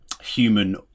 human